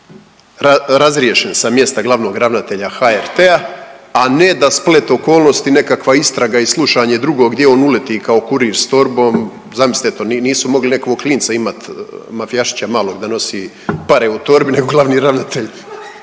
razriješen sa mjesta glavnog ravnatelja HRT-a, a ne da splet okolnosti, nekakva istraga i slušanje drugog gdje on uleti kao kurir s torbom, zamislite to nisu mogli nekog klinca imat, mafijašića malog da nosi pare u torbi nego glavni ravnatelj